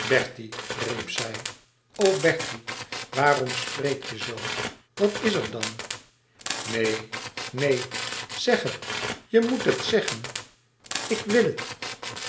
bertie riep zij o bertie waarom spreek je zoo wat is er dan neen neen zeg het je moet het zeggen ik wil het